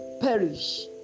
perish